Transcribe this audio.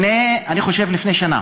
אני חושב לפני שנה,